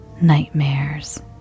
nightmares